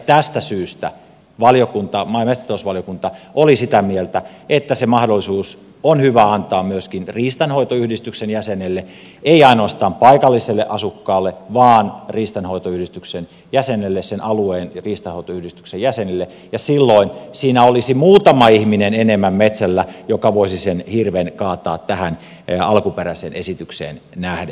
tästä syystä maa ja metsätalousvaliokunta oli sitä mieltä että se mahdollisuus on hyvä antaa myöskin riistanhoitoyhdistyksen jäsenelle ei ainoastaan paikalliselle asukkaalle vaan sen alueen riistanhoitoyhdistyksen jäsenelle ja silloin siinä olisi metsällä muutama ihminen enemmän joka voisi sen hirven kaataa tähän alkuperäiseen esitykseen nähden